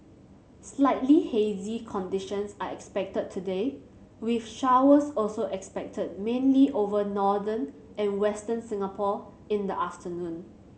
slightly hazy conditions are expected today with showers also expected mainly over northern and Western Singapore in the afternoon